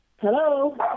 hello